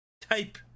Type